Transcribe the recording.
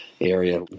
area